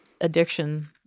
addiction